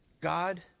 God